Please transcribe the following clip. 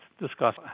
discuss